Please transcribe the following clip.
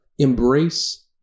embrace